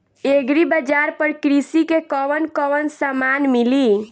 Agri बाजार पर कृषि के कवन कवन समान मिली?